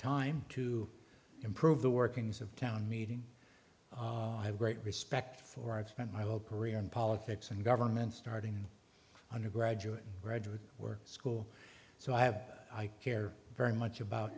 time to improve the workings of town meeting i have great respect for i've spent my whole career in politics and government starting undergraduate and graduate work school so i have i care very much about